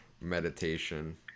meditation